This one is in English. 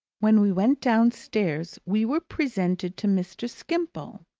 when we went downstairs, we were presented to mr. skimpole,